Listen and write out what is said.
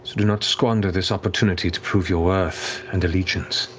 do not squander this opportunity to prove your worth and allegiance.